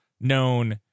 known